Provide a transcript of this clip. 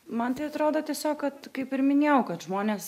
man tai atrodo tiesiog kad kaip ir minėjau kad žmonės